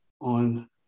on